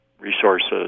resources